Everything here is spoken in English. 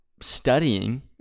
studying